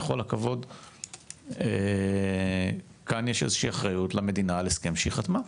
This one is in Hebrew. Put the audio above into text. בכל הכבוד כאן יש אחריות למדינה על הסכם שהיא חתמה,